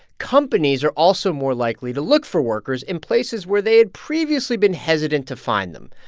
companies are also more likely to look for workers in places where they had previously been hesitant to find them.